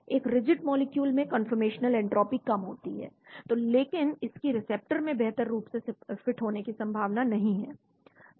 एक rigid molecule में conformational entropy कम होती है तो लेकिन इस की रिसेप्टर में बेहतर रूप से फिट होने की संभावना नहीं है